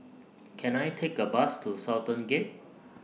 Can I Take A Bus to Sultan Gate